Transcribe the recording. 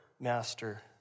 master